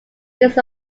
this